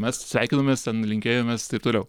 mes sveikinomės ten linkėjomės taip toliau